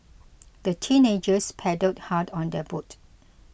the teenagers paddled hard on their boat